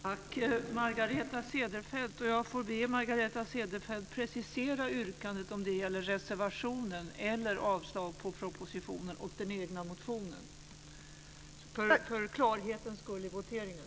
Jag får be Margareta Cederfelt precisera yrkandet för klarhets skull vid voteringen. Gäller det reservationen eller avslag på propositionen och den egna motionen?